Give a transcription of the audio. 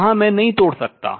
यहां मैं नहीं तोड़ सकता